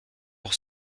pour